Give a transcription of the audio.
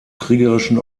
kriegerischen